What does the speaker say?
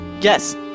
Yes